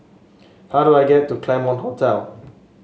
how do I get to The Claremont Hotel